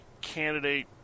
candidate